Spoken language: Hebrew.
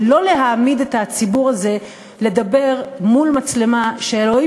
ולא להעמיד את הציבור הזה לדבר מול מצלמה שאלוהים